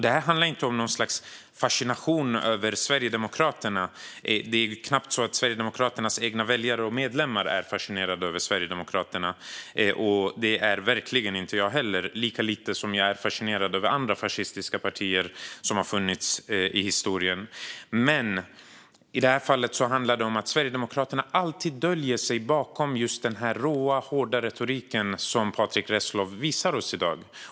Detta handlar inte om något slags fascination över Sverigedemokraterna. Det är knappt så att Sverigedemokraternas egna väljare och medlemmar är fascinerade av Sverigedemokraterna, och det är verkligen inte jag heller - lika lite som jag är fascinerad av andra fascistiska partier som har funnits i historien. I det här fallet handlar det om att Sverigedemokraterna alltid döljer sig bakom den råa, hårda retorik som Patrick Reslow visar oss i dag.